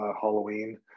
halloween